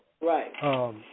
Right